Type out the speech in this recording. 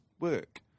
work